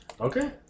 Okay